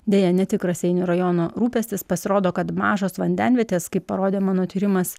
deja ne tik raseinių rajono rūpestis pasirodo kad mažos vandenvietės kaip parodė mano tyrimas